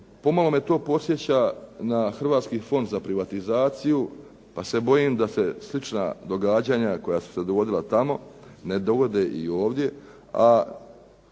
Pomalo me to podsjeća na Hrvatski fond za privatizaciju, pa se bojim da se slična događanja koja su se dogodila tamo ne dogode i ovdje,